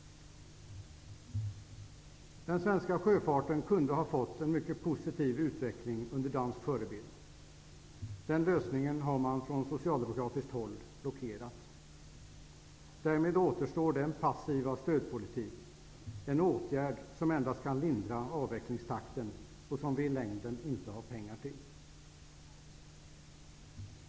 Den svenska sjöfarten kunde ha fått en mycket positiv utveckling enligt dansk förebild. Den lösningen har man från socialdemokratiskt håll blockerat. Därmed återstår den passiva stödpolitiken, en åtgärd som endast kan lindra avvecklingstakten och som vi i längden inte har pengar till.